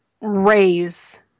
raise